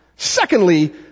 Secondly